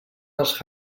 als